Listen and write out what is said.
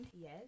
yes